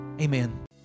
Amen